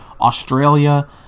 Australia